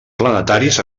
planetaris